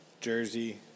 Jersey